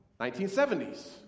1970s